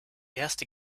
erste